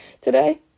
today